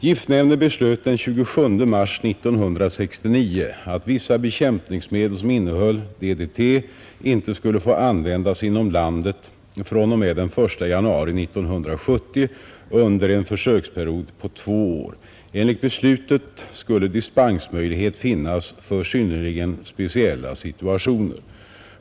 Giftnämnden beslöt den 27 mars 1969 att vissa bekämpningsmedel som innehöll DDT inte skulle få användas inom landet fr.o.m. den 1 januari 1970 under en försöksperiod på två år. Enligt beslutet skulle dispensmöjlighet finnas för synnerligen speciella situationer.